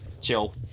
chill